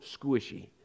squishy